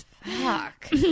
Fuck